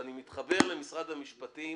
אני מתחבר למשרד המשפטים